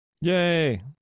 Yay